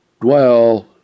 dwell